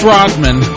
Rodman